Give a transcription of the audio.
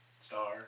star